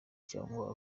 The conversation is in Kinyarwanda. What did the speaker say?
cyangwa